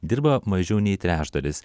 dirba mažiau nei trečdalis